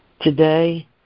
Today